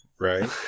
Right